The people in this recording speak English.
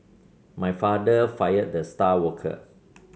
my father fired the star worker